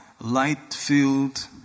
light-filled